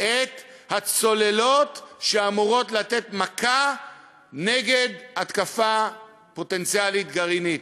את הצוללות שאמורות לתת מכה נגד התקפה פוטנציאלית גרעינית.